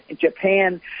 Japan